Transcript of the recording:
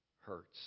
hurts